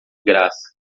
graça